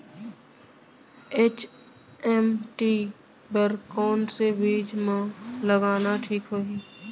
HMT बर कौन से बीज मा लगाना ठीक होही?